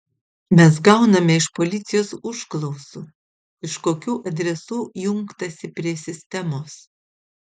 mes gauname iš policijos užklausų iš kokių adresų jungtasi prie sistemos